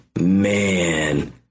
man